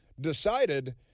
decided